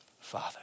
Father